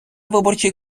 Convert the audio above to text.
виборчий